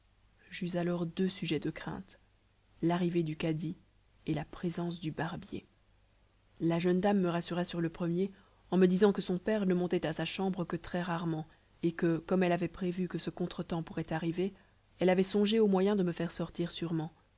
j'eus alors deux sujets de crainte l'arrivée du cadi et la présence du barbier la jeune dame me rassura sur le premier en me disant que son père ne montait à sa chambre que très-rarement et que comme elle avait prévu que ce contretemps pourrait arriver elle avait songé au moyen de me faire sortir sûrement